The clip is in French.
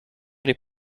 les